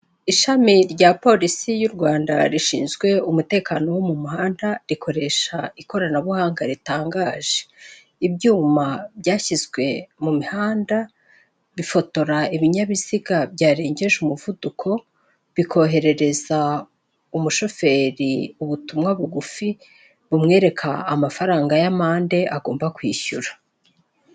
Ishami rya polisi y'u Rwanda rishinzwe umutekano wo mu muhanda rikoresha ikoranabuhanga ritangaje, ibyuma byashyizwe mu mihanda bifotora ibinyabiziga byarengeje umuvuduko, bikoherereza umushoferi ubutumwa bugufi bumwereka amafaranga y'amande agomba kwishyura.